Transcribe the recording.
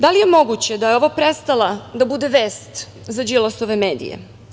Da li je moguće da ovo prestala da bude vest za Đilasove medije?